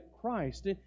Christ